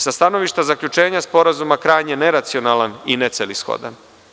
Sa stanovišta zaključenja sporazuma krajnje neracionalan i necelishodan.